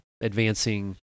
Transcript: advancing